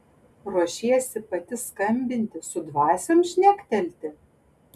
ruošiesi pati skambinti su dvasiom šnektelti